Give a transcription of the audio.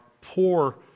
poor